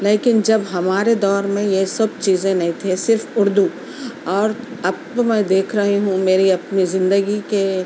لیکن جب ہمارے دور میں یہ سب چیزیں نہیں تھیں صرف اُردو اور اب تو میں دیکھ رہی ہوں میری اپنی زندگی کے